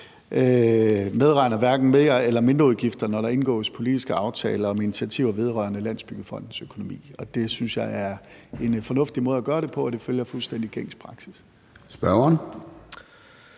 medregner hverken mer- eller mindreudgifter, når der indgås politiske aftaler om initiativer vedrørende Landsbyggefondens økonomi. Det synes jeg er en fornuftig måde at gøre det på, og det følger fuldstændig gængs praksis.